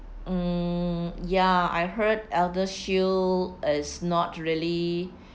mm yeah I heard ElderShield is not really